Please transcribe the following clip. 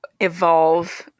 evolve